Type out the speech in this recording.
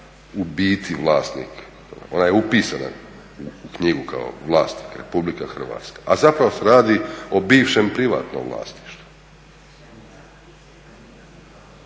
biti vlasnik, ona je upisana u knjigu kao vlasnik RH, a zapravo se radi o bivšem privatnom vlasništvu,